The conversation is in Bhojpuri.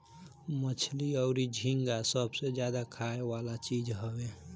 मछली अउरी झींगा सबसे ज्यादा खाए वाला चीज हवे